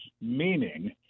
meaning